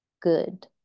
good